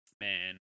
Man